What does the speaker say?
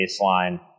baseline